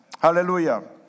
Hallelujah